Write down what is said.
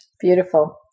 beautiful